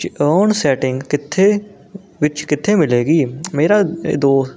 ਚੋਣ ਸੈਟਿੰਗ ਕਿੱਥੇ ਵਿੱਚ ਕਿੱਥੇ ਮਿਲੇਗੀ ਮੇਰਾ ਏ ਦੋ